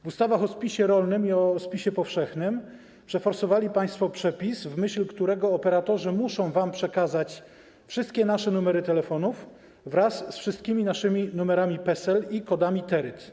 W ustawach o spisie rolnym i o spisie powszechnym przeforsowali państwo przepis, w myśl którego operatorzy muszą przekazać wam wszystkie numery telefonów wraz ze wszystkimi numerami PESEL i kodami TERYT.